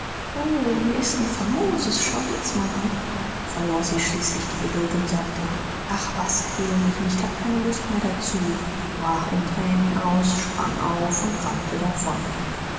o hier ist n famoses schau dies mal an verlor sie schließlich die geduld und sagte ach was quäl mich nicht hab keine lust mehr dazu brach in tränen aus sprang auf und rannte davon